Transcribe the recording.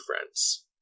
friends